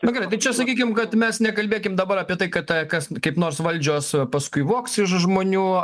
na gerai tai čia sakykim kad mes nekalbėkim dabar apie tai kad tai kas kaip nors valdžios paskui vogs iš žmonių